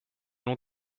long